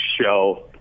show